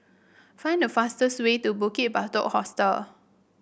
find the fastest way to Bukit Batok Hostel